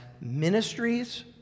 ministries